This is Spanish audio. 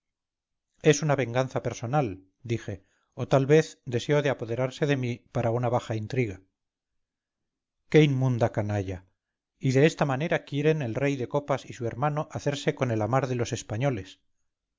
es una venganza personal dije o tal vez deseo de apoderarse de mí para una baja intriga qué inmunda canalla y de esta manera quieren el rey de copas y su hermano hacerse amar de los españoles